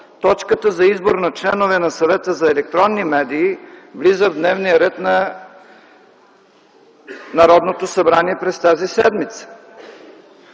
точката за избор на членове на Съвета за електронни медии влиза в дневния ред на Народното събрание през тази седмица.